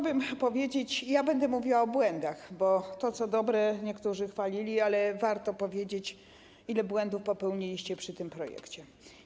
Będę mówiła o błędach, bo to, co dobre, niektórzy chwalili, ale warto powiedzieć, ile błędów popełniliście przy tym projekcie.